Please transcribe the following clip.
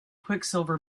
quicksilver